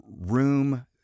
room